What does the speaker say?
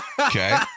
Okay